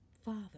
Father